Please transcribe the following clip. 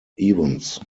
evans